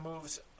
moves